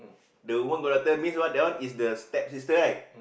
the woman got daughter means what that one is the step sister right